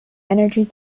energy